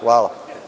Hvala.